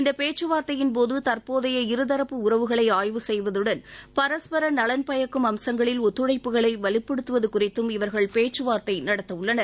இந்தப் பேச்சுவார்த்தையின்போது தற்போதைய இருதரப்பு உறவுகளை ஆய்வு செய்வதுடன் பரஸ்பர நலன் பயக்கும் அம்சங்களில் ஒத்துழைப்புகளை வலுப்படுத்துவது குறித்தும் இவர்கள் பேச்சுவார்த்தை நடத்த உள்ளனர்